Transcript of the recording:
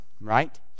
right